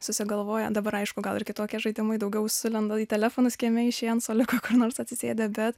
susigalvoja dabar aišku gal ir kitokie žaidimai daugiau sulenda į telefonus kieme išėję ant suoliuko kur nors atsisėdę bet